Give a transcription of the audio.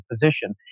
position